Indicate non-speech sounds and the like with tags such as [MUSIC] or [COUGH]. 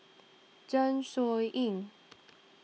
Zeng Shouyin [NOISE]